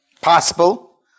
Possible